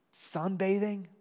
sunbathing